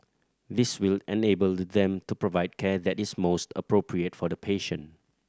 this will enable them to provide care that is most appropriate for the patient